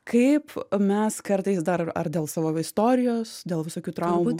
kaip mes kartais dar ar dėl savo istorijos dėl visokių traumų